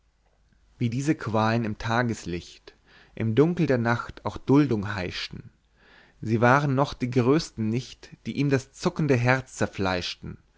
wie diese qualen im tageslicht im dunkel der nacht auch duldung heischten sie waren noch die größten nicht die ihm das zuckende herz zerfleischten